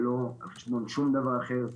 ולא על חשבון שום דבר אחר.